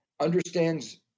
understands